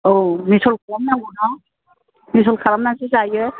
औ मिसल खालामनांगौ ना मिसल खालामनानैसो जायो